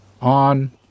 On